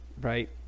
Right